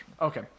Okay